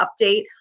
update